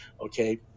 Okay